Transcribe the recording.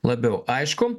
labiau aišku